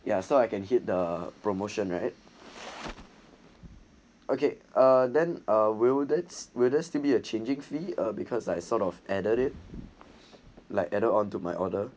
ya so I can hit the promotion right okay ah then ah will that's witness to be a changing fee ah because like sort of added it like added onto my order